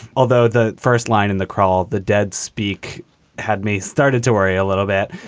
although the first line in the crawl the dead speak had me started to worry a little bit.